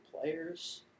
players